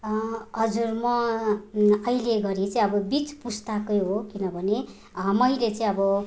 हजुर म अहिले घरी चाहिँ अब बिच पुस्ताकै हो किनभने मैले चाहिँ अब